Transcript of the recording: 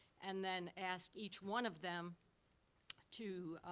and then ask each one of them to